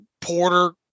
Porter